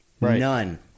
none